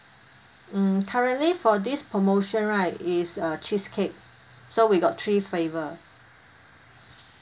mm currently for this promotion right is a cheesecake so we got three flavor